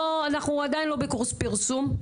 אנחנו עדין לא בקורס פרסום,